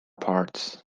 parts